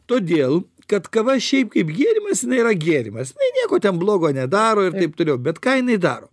todėl kad kava šiaip kaip gėrimas jinai yra gėrimas jinai nieko blogo nedaro ir taip toliau bet ką jinai daro